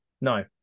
no